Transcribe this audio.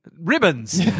ribbons